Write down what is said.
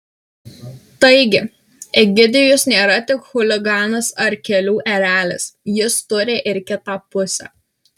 taigi egidijus nėra tik chuliganas ar kelių erelis jis turi ir kitą pusę